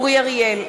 אורי אריאל,